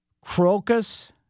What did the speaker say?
crocus